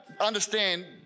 understand